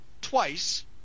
twice